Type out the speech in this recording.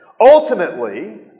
Ultimately